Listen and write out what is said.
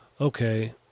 okay